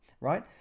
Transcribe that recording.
right